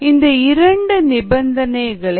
இந்த இரண்டு நிபந்தனைகளை காணலாம்